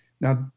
Now